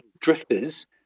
drifters